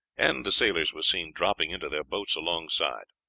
and the sailors were seen dropping into their boats alongside.